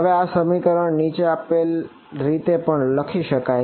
હવે આ સમીકરણ નીચે આપેલી રીતે પણ લખી શકાય